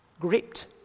gripped